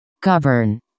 Govern